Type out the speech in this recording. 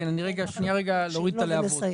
אני רוצה להוריד את הלהבות.